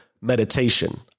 meditation